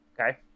Okay